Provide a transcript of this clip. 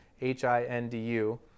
H-I-N-D-U